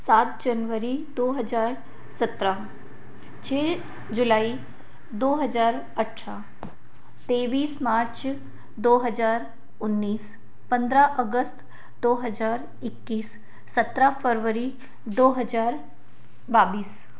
सात जनवरी दो हज़ार सत्रह छ जुलाई दो हज़ार अठरह तेवीस मार्च दो हज़ार उन्नीस पंद्रा अगस्त दो हज़ार इक्कीस सत्रह फ़रवरी दो हज़ार बावीस